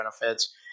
benefits